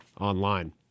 online